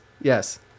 yes